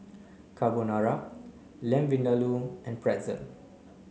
Carbonara Lamb Vindaloo and Pretzel